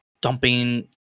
dumping